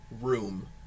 room